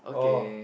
oh